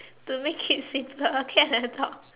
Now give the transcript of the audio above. to make it simple a cat and a dog